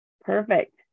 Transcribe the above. Perfect